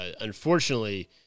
unfortunately